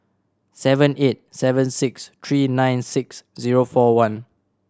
seven eight seven six three nine six zero four one